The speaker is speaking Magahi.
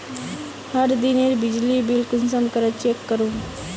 हर दिनेर बिजली बिल कुंसम करे चेक करूम?